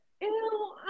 ew